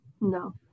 no